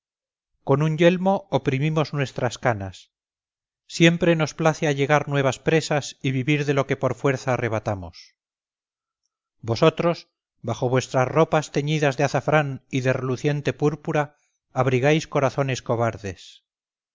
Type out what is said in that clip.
con un yelmo oprimimos nuestras canas siempre nos place allegar nuevas presas y vivir de lo que por fuerza arrebatamos vosotros bajo vuestras ropas teñidas de azafrán y de reluciente púrpura abrigáis corazones cobardes